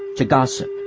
to gossip,